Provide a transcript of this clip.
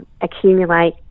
accumulate